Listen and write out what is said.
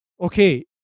okay